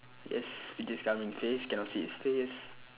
yes which is covering his face cannot see his face